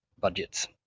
budgets